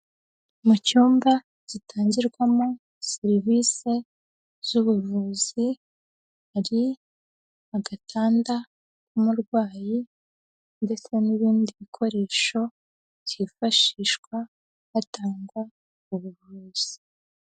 Mu cyumba gitangirwamo serivise z'ubuvuzi, hari agatanda k'umurwayi ndetse n'ibindi bikoresho byifashishwa hatangwa ubuvuzi.